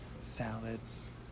salads